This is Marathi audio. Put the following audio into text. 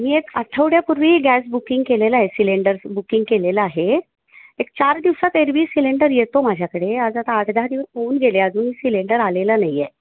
मी एक आठवड्यापूर्वी गॅस बुकिंग केलेलं आहे सिलेंडर बुकिंग केलेलं आहे एक चार दिवसात एरव्ही सिलेंडर येतो माझ्याकडे आज आता आठ दहा दिवस होऊन गेले अजूनही सिलेंडर आलेला नाही आहे